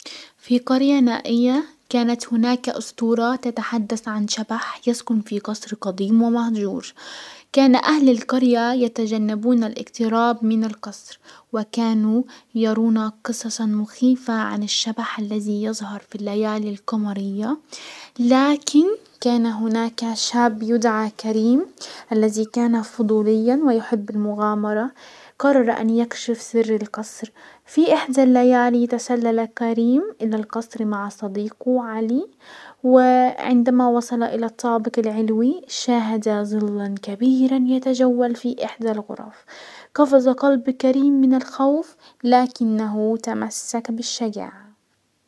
في قرية نائية كانت هناك اسطورة تتحدس عن شبح يسكن في قصر قديم ومهجور. كان اهل القرية يتجنبون الاقتراب من القصر، وكانوا يرون قصصا مخيفة عن الشبح الزي يزهر في الليالي القمرية، لكن كان هناك شاب يدعى كريم الزي كان فضوليا ويحب المغامرة، قرر ان يكشف سر القصر. في احدى الليالي تسلل كريم الى القصر مع صديقه علي وعندما وصل الى الطابق العلوي شاهد زلا كبيرا يتجول في احدى الغرف، قفز قلب كريم من الخوف لكنه تمسك بالشجاعة.